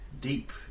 deep